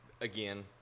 again